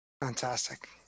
Fantastic